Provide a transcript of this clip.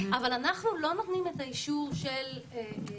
אנחנו לא נותנים את האישור לייצוא.